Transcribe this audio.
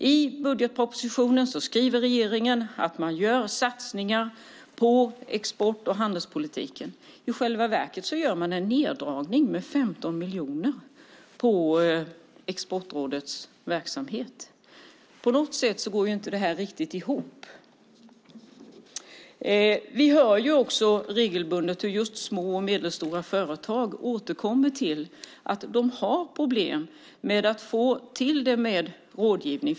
I budgetpropositionen skriver regeringen att man gör satsningar på export och handelspolitiken. I själva verket gör man en neddragning med 15 miljoner på Exportrådets verksamhet. Detta går inte riktigt ihop. Vi hör också regelbundet hur små och medelstora företag återkommer till att de har problem att få rådgivning.